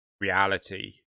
reality